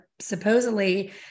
Supposedly